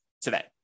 today